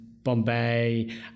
Bombay